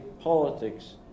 politics